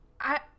I-